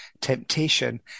temptation